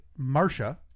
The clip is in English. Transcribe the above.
Marsha